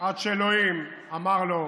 עד שאלוהים אמר לו: